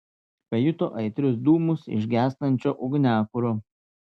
pajuto aitrius dūmus iš gęstančio ugniakuro